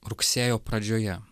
rugsėjo pradžioje